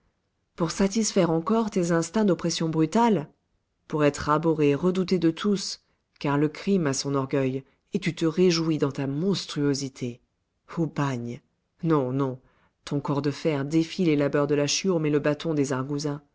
pour satisfaire encore tes instincts d'oppression brutale pour être abhorré redouté de tous car le crime a son orgueil et tu te réjouis dans ta monstruosité au bagne non non ton corps de fer défie les labeurs de la chiourme et le bâton des argousins